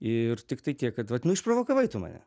ir tiktai tiek kad vat nu išprovokavai tu mane